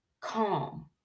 calm